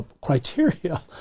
criteria